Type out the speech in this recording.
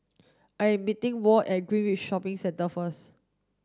I am meeting Walt at Greenridge Shopping Centre first